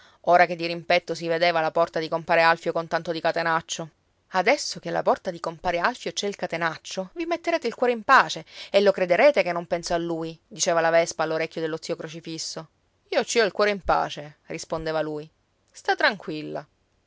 ora che dirimpetto si vedeva la porta di compare alfio con tanto di catenaccio adesso che alla porta di compare alfio c'è il catenaccio vi metterete il cuore in pace e lo crederete che non penso a lui diceva la vespa all'orecchio dello zio crocifisso io ci ho il cuore in pace rispondeva lui sta tranquilla